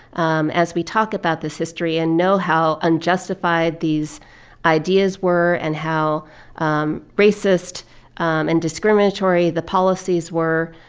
um as we talk about this history and know how unjustified these ideas were and how um racist and discriminatory the policies were,